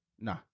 Nah